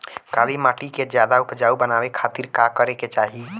काली माटी के ज्यादा उपजाऊ बनावे खातिर का करे के चाही?